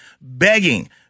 begging